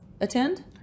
attend